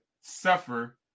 suffer